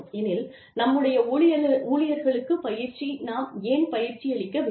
எனில் நம்முடைய ஊழியர்களுக்குப் பயிற்சி நாம் ஏன் பயிற்சியளிக்க வேண்டும்